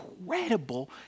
incredible